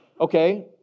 Okay